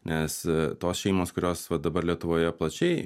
nes tos šeimos kurios va dabar lietuvoje plačiai